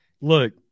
Look